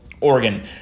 Oregon